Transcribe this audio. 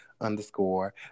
underscore